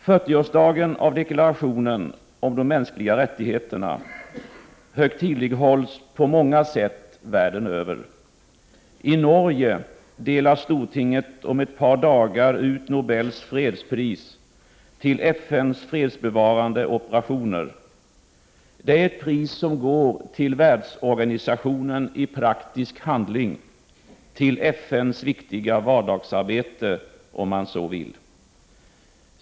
40-årsdagen av Deklarationen om de mänskliga rättigheterna högtidlighålls på många sätt världen över. I Norge delar stortinget om ett par dagar ut Nobels fredspris till FN:s fredsbevarande operationer. Det är ett pris som går till världsorganisationen i praktisk handling; till FN:s viktiga vardagsarbete, om man så vill.